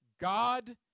God